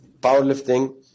powerlifting